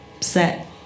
set